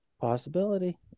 Possibility